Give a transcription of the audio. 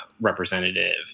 representative